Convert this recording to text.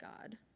God